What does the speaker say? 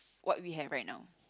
what we have right now